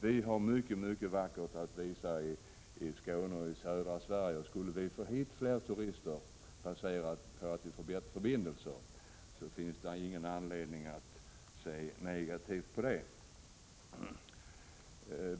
Vi har mycket vackert att visa i Skåne och i södra Sverige i övrigt. Skulle vi, baserat på bättre förbindelser, få hit fler turister finns det ingen anledning att se negativt på det.